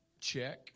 Check